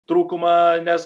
trūkumą nes